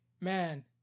man